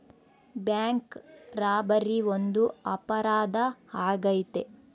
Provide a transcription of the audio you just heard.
bank robbery ಒಂದು ಅಪರಾಧ ಆಗೈತೆ